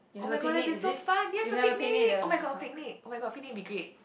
oh-my-god that will be so fun yes a picnic oh-my-god a picnic oh-my-god picnic will be great